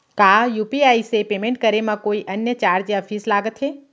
का यू.पी.आई से पेमेंट करे म कोई अन्य चार्ज या फीस लागथे?